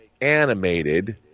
animated –